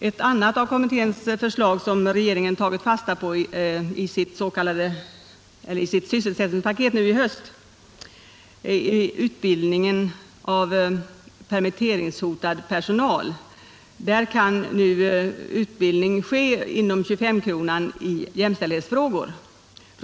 Ett annat av kommitténs förslag, som regeringen tagit fasta på i sitt sysselsättningspaket, är utbildningen av permitteringshotad personal. Sådan personal kan fr.o.m. den 1 januari inom 2S-kronan få utbildning i jämställdhetsfrågor.